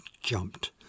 jumped